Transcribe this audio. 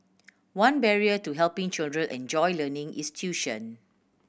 one barrier to helping children enjoy learning is tuition